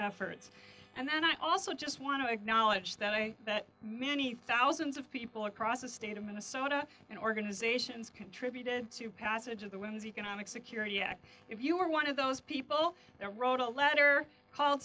efforts and i also just want to acknowledge that that many thousands of people across the state of minnesota and organizations contributed to passage of the women's economic security act if you were one of those people that wrote a letter called